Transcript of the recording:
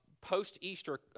post-Easter